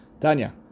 Tanya